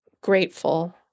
grateful